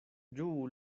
ĝuu